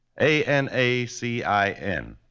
A-N-A-C-I-N